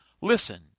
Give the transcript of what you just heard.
Listen